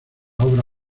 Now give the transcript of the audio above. obra